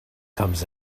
comes